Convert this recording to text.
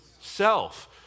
self